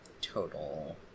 total